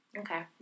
okay